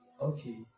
Okay